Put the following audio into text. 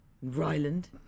Ryland